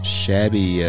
shabby